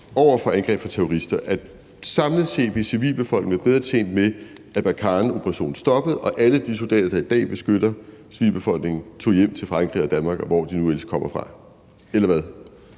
over for angreb fra terrorister, altså at Barkhaneoperationen stoppede, og at alle de soldater, der i dag beskytter civilbefolkningen, tog hjem til Frankrig og Danmark, og hvor de nu ellers kommer fra – eller hvad?